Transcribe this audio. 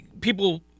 people